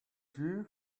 you